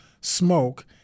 smoke